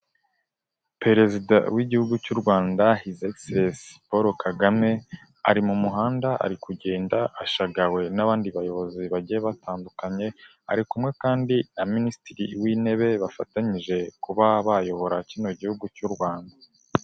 Perezida w'igihugu cy'u Rwanda hizexerensi Paul Kagame ari mu muhanda, ari kugenda ashagawe n'abandi bayobozi bagiye batandukanye, ari kumwe kandi na minisitiri w'intebe bafatanyije kuba bayobora kino gihugu cy'u Rwanda.